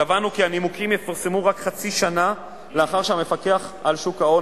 קבענו כי הנימוקים יפורסמו רק חצי שנה לאחר שהמפקח על שוק ההון,